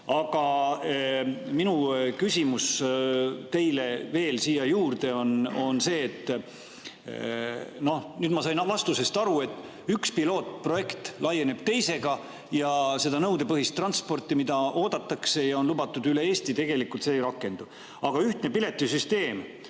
ka. Aga minu küsimus teile veel siia juurde on see. Nüüd ma sain vastusest aru, üks pilootprojekt asendub teisega, aga see nõudepõhine transport, mida oodatakse ja on lubatud üle Eesti, tegelikult ei rakendu. Aga millal peaks